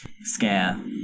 scare